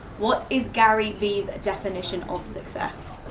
what is gary vee's definition of success?